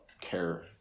care